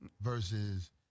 versus